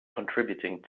contributing